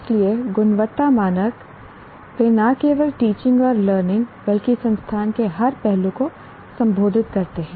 इसलिए गुणवत्ता मानक वे न केवल टीचिंग और लर्निंग बल्कि संस्थान के हर पहलू को संबोधित करते हैं